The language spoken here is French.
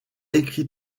écrit